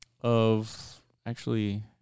of—actually